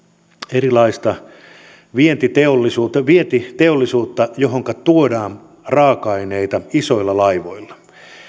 erilaista vientiteollisuutta vientiteollisuutta johonka tuodaan raaka aineita isoilla laivoilla